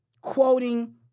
quoting